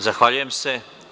Zahvaljujem se.